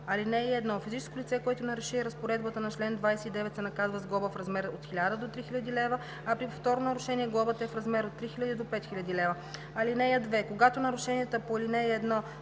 72а. (1) Физическо лице, което наруши разпоредбата на чл. 29, се наказва с глоба в размер от 1000 до 3000 лв., а при повторно нарушение глобата е в размер от 3000 до 5000 лв. (2) Когато нарушението по ал. 1